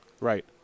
right